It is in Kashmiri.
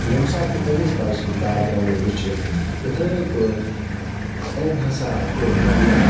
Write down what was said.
ییٚمہِ ساتہٕ یہِ أمِس بچہٕ سُنٛد بیک گرٛاوُنٛڈ وُچھِ یِتھٕے پٲٹھۍ أمۍ ہَسا کوٚر واریاہ